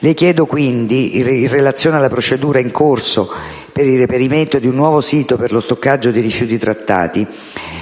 Le chiedo quindi, in relazione alla procedura in corso per il reperimento di un nuovo sito per lo stoccaggio dei rifiuti trattati,